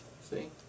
see